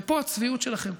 ופה הצביעות שלכם,